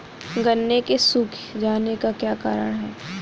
गन्ने के सूख जाने का क्या कारण है?